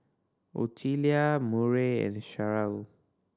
Ottilia Murray and Sharyl